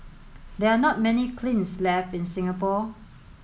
there are not many kilns left in Singapore